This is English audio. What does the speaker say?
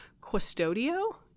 Custodio